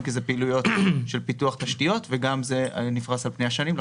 כי אלה פעילויות של פיתוח תשתיות וגם זה נפרס על פני השנים,